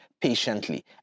patiently